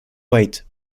weight